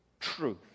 truth